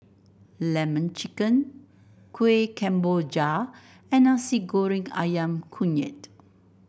lemon chicken Kueh Kemboja and Nasi Goreng ayam kunyit